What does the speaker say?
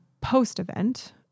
post-event